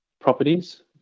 properties